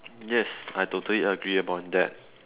yes I totally agree upon that